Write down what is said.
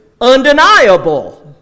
undeniable